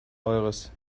eures